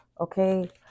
okay